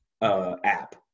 app